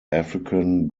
african